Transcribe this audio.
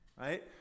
right